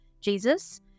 Jesus